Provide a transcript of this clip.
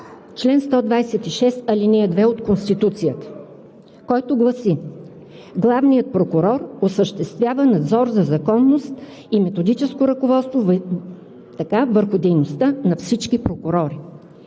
чл. 126, ал. 2 от Конституцията, който гласи: „Главният прокурор осъществява надзор за законност и методическо ръководство върху дейността на всички прокурори“.